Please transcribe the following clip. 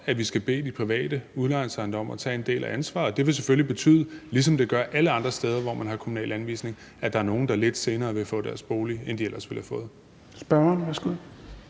at vi skal bede de private udlejningsselskaber om at tage en del af ansvaret. Det vil selvfølgelig betyde, ligesom det gør alle andre steder, hvor man har kommunal anvisning, at der er nogle, der lidt senere vil få deres bolig, end de ellers ville have gjort.